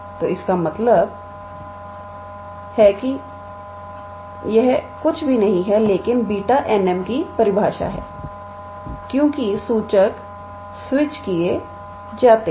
तो इसका मतलब है कि यह कुछ भी नहीं है लेकिन Β𝑛 𝑚 की परिभाषा है क्योंकि सूचक स्विच किए जाते हैं